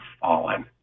fallen